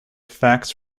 facts